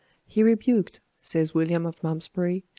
he rebuked, says william of malmsbury,